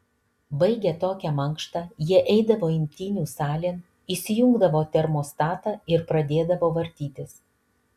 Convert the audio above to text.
baigę tokią mankštą jie eidavo imtynių salėn įsijungdavo termostatą ir pradėdavo vartytis